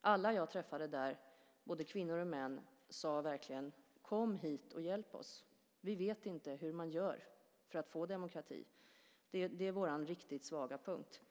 Alla jag träffade där, både kvinnor och män, sade verkligen: Kom hit och hjälp oss! Vi vet inte hur man gör för att få demokrati. Det är vår riktigt svaga punkt.